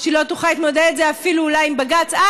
שהיא לא תוכל להתמודד עם זה אפילו אולי עם בג"ץ,